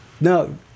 no